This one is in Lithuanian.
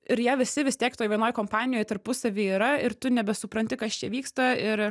ir jie visi vis tiek toj vienoj kompanijoj tarpusavy yra ir tu nebesupranti kas čia vyksta ir